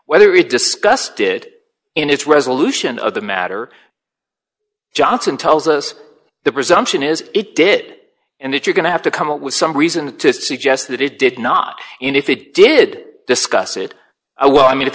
whether it discussed it in its resolution of the matter johnson tells us the presumption is it did and that you're going to have to come up with some reason to suggest that it did not and if it did discuss it i well i mean if